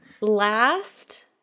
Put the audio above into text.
Last